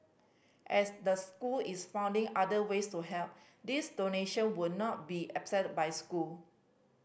as the school is finding other ways to help this donation would not be accepted by school